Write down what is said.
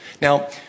Now